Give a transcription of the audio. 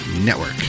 Network